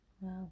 wow